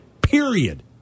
period